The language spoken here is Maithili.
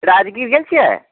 राजगीर गेल छियै